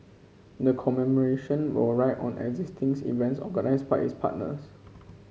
the commemoration will ride on existing's events organised by its partners